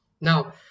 now